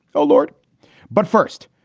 ah lord but first,